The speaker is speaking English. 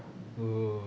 oo